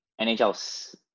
NHL